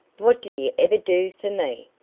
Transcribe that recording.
what did he ever do for me?